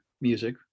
music